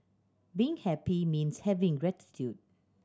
being happy means having gratitude